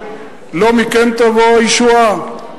לא מכם תבוא הישועה,